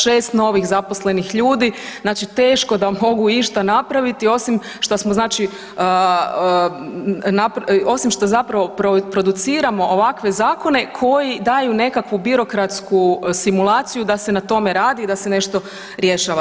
6 novih zaposlenih ljudi, znači da teško mogu išta napraviti osim šta smo znači, osim što zapravo produciramo ovakve zakone koji daju nekakvu birokratsku simulaciju da se na tome radi, da se nešto rješava.